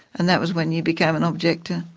and that was when you became an objector.